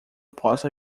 possa